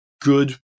good